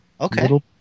Okay